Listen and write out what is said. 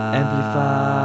amplify